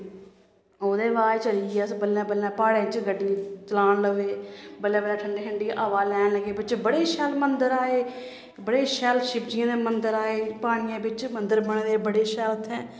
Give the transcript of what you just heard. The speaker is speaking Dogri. ओह्दे बाद च आई गे अस बल्लें बल्लें प्हाड़ें च गड्डी चलान लगे बल्लें बल्लें ठंडी ठंडी हवा लैन लगे बिच्च बड़े शैल मन्दर आए बड़े शैल शिवजियें दे मन्दर आए पानियै बिच्च मन्दर बने दे बड़े शैल उत्थें